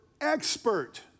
expert